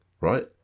right